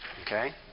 Okay